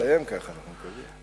שתסתיים ככה, אנחנו מקווים.